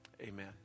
Amen